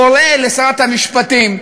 קורא לשרת המשפטים,